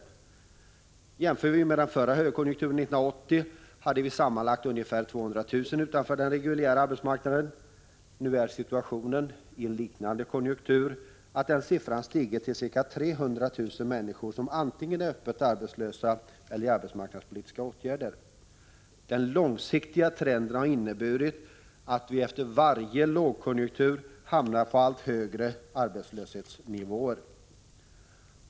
Om vi jämför med den förra högkonjunkturen, 1980, finner vi att sammanlagt ungefär 200 000 människor stod utanför den reguljära arbetsmarknaden. Nu är situationen den — alltså i en liknande konjunktur — att siffran stigit till ca 300 000 människor, som antingen är öppet arbetslösa eller föremål för arbetsmarknadspolitiska åtgärder. Den långsiktiga trenden har inneburit att vi efter varje lågkonjunktur hamnar på allt högre arbetslöshetsnivåer.